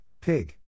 pig